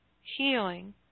Healing